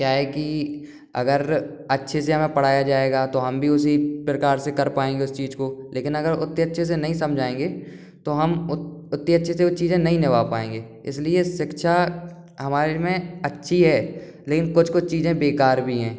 क्या है कि अगर अच्छे से हमें पढ़ाया जाएगा तो हम भी उसी प्रकार से कर पाएँगे उस चीज को लेकिन अगर उतने अच्छे से नहीं समझाएँगे तो हम उतनी अच्छी से वो चीज़ें नहीं निभा पाएँगे इसलिए शिक्षा हमारे में अच्छी है लेकिन कुछ कुछ चीज़ें बेकार भी हैं